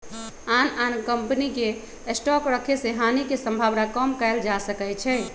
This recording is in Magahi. आन आन कम्पनी के स्टॉक रखे से हानि के सम्भावना कम कएल जा सकै छइ